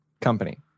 company